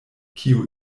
kiu